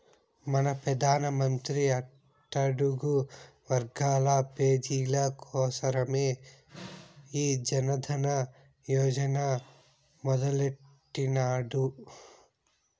మన పెదానమంత్రి అట్టడుగు వర్గాల పేజీల కోసరమే ఈ జనదన యోజన మొదలెట్టిన్నాడు